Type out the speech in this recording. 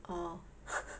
orh